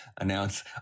announce